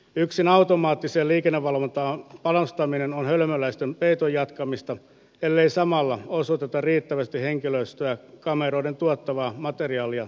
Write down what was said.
yksin automaattiseen liikennevalvontaan panostaminen on hölmöläisten peiton jatkamista ellei samalla osoiteta riittävästi henkilöstöä kameroiden tuottamaa materiaalia käsittelemään